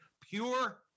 pure